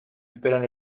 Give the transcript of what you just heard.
esperan